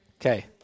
Okay